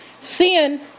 sin